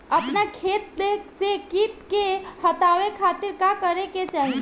अपना खेत से कीट के हतावे खातिर का करे के चाही?